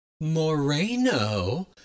Moreno